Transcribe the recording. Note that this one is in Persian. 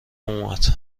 اومد